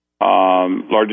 largest